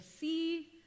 see